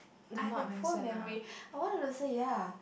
I have a poor memory I wanted to say ya